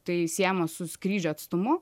tai siejama su skrydžio atstumu